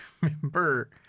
remember